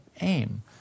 aim